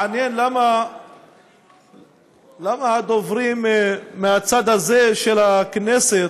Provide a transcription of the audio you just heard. מעניין למה הדוברים מהצד הזה של הכנסת,